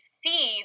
see